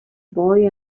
boy